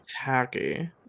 tacky